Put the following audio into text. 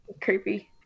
creepy